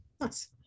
Nice